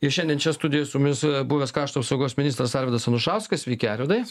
ir šiandien čia studijoje su mumis buvęs krašto apsaugos ministras arvydas anušauskassveiki arvydai